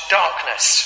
darkness